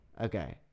Okay